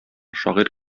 шагыйрь